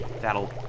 that'll